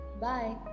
Bye